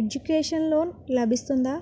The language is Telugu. ఎడ్యుకేషన్ లోన్ లబిస్తుందా?